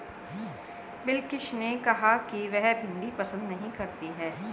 बिलकिश ने कहा कि वह भिंडी पसंद नही करती है